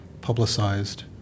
publicized